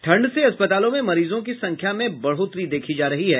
ठंड से अस्पतालों में मरीजों की संख्या में बढ़ोतरी देखी जा रही है